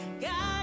God